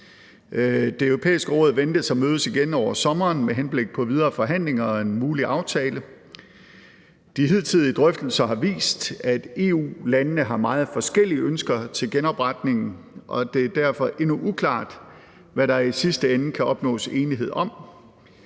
Det Europæiske Råd ventes at mødes igen over sommeren med henblik på videre forhandlinger og en mulig aftale. De hidtidige drøftelser har vist, at EU-landene har meget forskellige ønsker til genopretningen, og det er derfor endnu uklart, hvad der i sidste ende kan opnås enighed om.